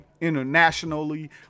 internationally